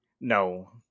No